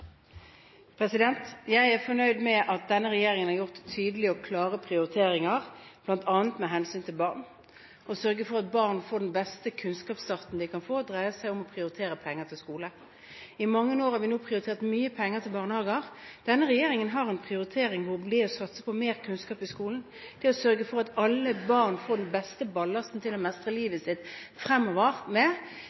Jeg er fornøyd med at denne regjeringen har gjort tydelige og klare prioriteringer, bl.a. med hensyn til barn. Å sørge for at barn får den beste kunnskapsstarten de kan få, dreier seg om å prioritere penger til skole. Nå har vi i mange år prioritert mye penger til barnehager. Denne regjeringen prioriterer å satse på mer kunnskap i skolen, og det å sørge for at alle barn får den beste ballasten med seg til å mestre livet fremover,